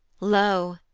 lo!